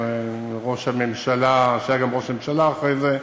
ראש הממשלה שהיה גם ראש ממשלה אחרי זה.